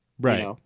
Right